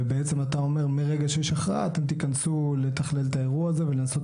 ובעצם אתה אומר מרגע שיש הכרעה אתם תיכנסו לתכלל את האירוע הזה ולנסות